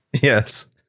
Yes